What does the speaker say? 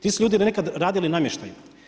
Ti su ljudi nekada radili namještaj.